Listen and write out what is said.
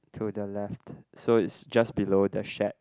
to the left so it's just below the shed